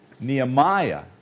Nehemiah